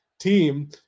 team